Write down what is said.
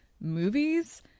movies